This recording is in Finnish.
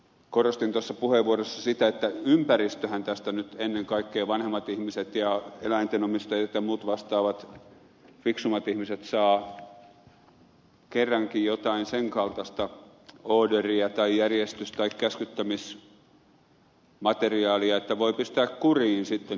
korostin puheenvuorossani sitä että ympäristöhän tästä nyt ennen kaikkea saa vanhemmat ihmiset ja eläinten omistajat ja muut vastaavat fiksummat ihmiset kerrankin jotain sen kaltaista ooderia tai järjestys tai käskyttämismateriaalia että voi pistää kuriin sitten